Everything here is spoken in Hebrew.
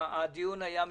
הדיון היה מיותר,